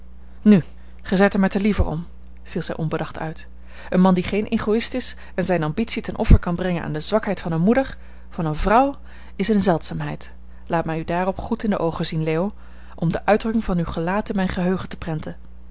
nu gij zijt er mij te liever om viel zij onbedacht uit een man die geen egoïst is en zijne ambitie ten offer kan brengen aan de zwakheid van eene moeder van eene vrouw is eene zeldzaamheid laat mij u daarop goed in de oogen zien leo om de uitdrukking van uw gelaat in mijn geheugen te prenten